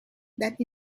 that